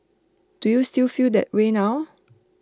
do you still feel that way now